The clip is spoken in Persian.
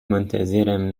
منتظرم